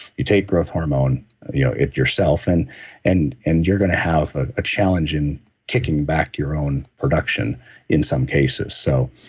you take growth hormone you know yourself, and and and you're going to have a challenge in kicking back your own production in some cases so,